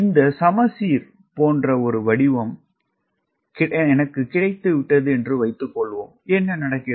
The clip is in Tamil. இந்த சமச்சீர் போன்ற ஒரு வடிவம் எனக்கு கிடைத்துவிட்டது என்று வைத்துக்கொள்வோம் என்ன நடக்கிறது